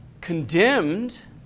condemned